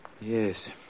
Yes